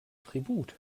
tribut